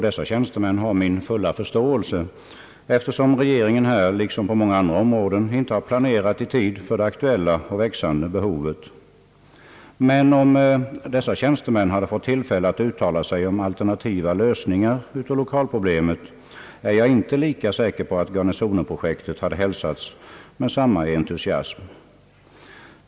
Dessa tjänstemän har min fulla förståelse eftersom regeringen här, liksom på många andra områden, inte har planerat i tid för det aktuella och växande behovet. Men om dessa tjänstemän hade fått tillfälle att uttala sig om alternativa lösningar av lokalproblemet, är jag inte lika säker på att Garnisonen-projektet hade hälsats med samma entusiasm.